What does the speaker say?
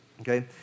okay